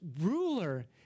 ruler